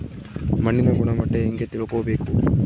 ಮಣ್ಣಿನ ಗುಣಮಟ್ಟ ಹೆಂಗೆ ತಿಳ್ಕೊಬೇಕು?